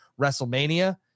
WrestleMania